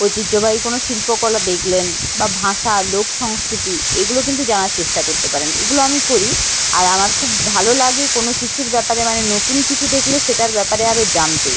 ঐতিহ্যবাহী কোনো শিল্পকলা দেখলেন বা ভাষা লোক সংস্কৃতি এগুলো কিন্তু জানার চেষ্টা করতে পারেন এগুলো আমি করি আর আমার খুব ভালো লাগে কোনো কিছুর ব্যাপারে মানে নতুন কিছু দেখলে সেটার ব্যাপারে আরও জানতে